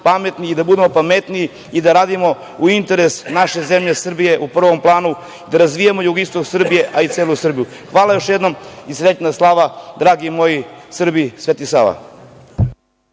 pametni i da budemo pametniji i da radimo u interesu naše zemlje Srbije, u prvom planu da razvijamo jugoistok Srbije, a i celu Srbiju. Hvala još jednom i srećna slava, dragi moji Srbi, Sveti Sava.